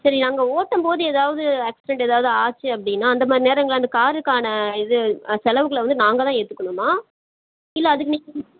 சரி நாங்கள் ஓட்டும்போது ஏதாவது ஆக்சிடென்ட் ஏதாவது ஆச்சு அப்படின்னா அந்தமாதிரி நேரங்களில் அந்த காருக்கான இது செலவுகளை வந்து நாங்கள்தான் ஏற்றுக்கணுமா இல்லை அதுக்கு நீங்கள்